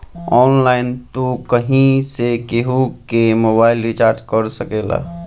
online तू कहीं से केहू कअ मोबाइल रिचार्ज कर सकेला